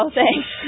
thanks